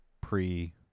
pre